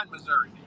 Missouri